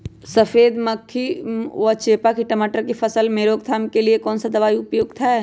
सफेद मक्खी व चेपा की टमाटर की फसल में रोकथाम के लिए कौन सा दवा उपयुक्त है?